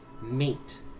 mate